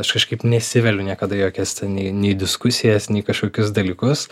aš kažkaip nesiveliu niekada į jokias ten nei nei diskusijas nei kažkokius dalykus